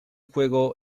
juego